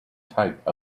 type